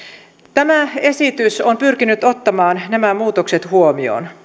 tämä esitys on pyrkinyt ottamaan nämä muutokset huomioon